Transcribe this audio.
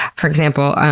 for example,